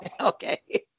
Okay